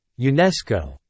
UNESCO